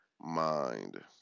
mind